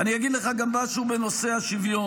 אני אגיד לך גם משהו בנושא השוויון: